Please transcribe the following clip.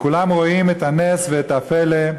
וכולם רואים את הנס ואת הפלא,